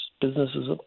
businesses